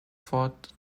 fought